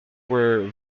were